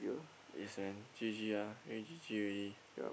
is an G_G ah really G_G already